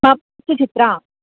पप् Suchitra